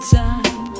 time